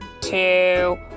two